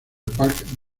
park